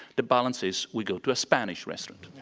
the balance is we go to a spanish restaurant.